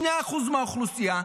2% מהאוכלוסייה,